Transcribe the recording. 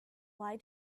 why